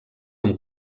amb